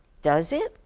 does it?